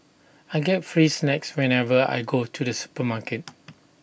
I get free snacks whenever I go to the supermarket